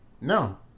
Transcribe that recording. No